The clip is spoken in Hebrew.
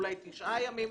אולי תשעה ימים,